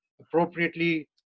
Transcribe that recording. appropriately